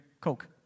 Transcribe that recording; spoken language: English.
Coke